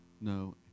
No